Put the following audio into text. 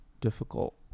difficult